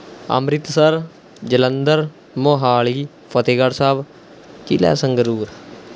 ਅੰਮ੍ਰਿਤਸਰ ਜਲੰਧਰ ਮੋਹਾਲੀ ਫਤਿਹਗੜ੍ਹ ਸਾਹਿਬ ਜ਼ਿਲ੍ਹਾ ਸੰਗਰੂਰ